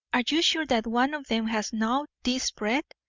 are you sure that one of them has gnawed this bread?